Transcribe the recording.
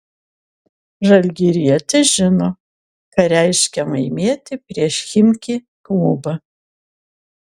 žalgirietis žino ką reiškia laimėti prieš chimki klubą